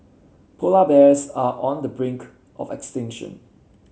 polar bears are on the brink of extinction